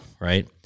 right